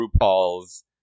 rupaul's